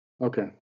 Okay